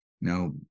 Now